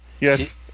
yes